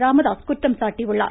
ராமதாஸ் குற்றம் சாட்டியுள்ளார்